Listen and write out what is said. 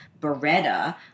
Beretta